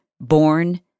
born